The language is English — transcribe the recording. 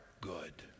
good